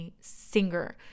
singer